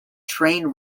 train